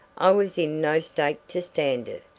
i was in no state to stand it.